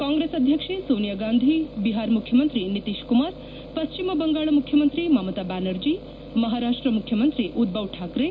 ಕಾಂಗ್ರೆಸ್ ಅಧ್ಯಕ್ಷ ಸೋನಿಯಾ ಗಾಂಧಿ ಬಿಹಾರ್ ಮುಖ್ಯಮಂತ್ರಿ ನಿತೀಶ್ ಕುಮಾರ್ ಪಶ್ಚಿಮ ಬಂಗಾಳ ಮುಖ್ಯಮಂತ್ರಿ ಮಮತಾ ಬ್ಯಾನರ್ಜಿ ಮಹಾರಾಷ್ಟ ಮುಖ್ಯಮಂತ್ರಿ ಉದ್ದವ್ ಶಾಕ್ರೆ